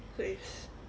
so it's